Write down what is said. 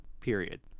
period